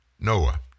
Noah